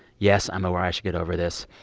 yes, i'm aware i should get over this.